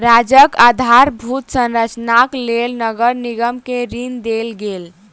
राज्यक आधारभूत संरचनाक लेल नगर निगम के ऋण देल गेल